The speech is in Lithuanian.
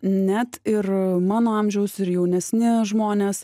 net ir mano amžiaus ir jaunesni žmonės